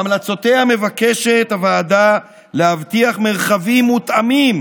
בהמלצותיה מבקשת הוועדה להבטיח מרחבים מותאמים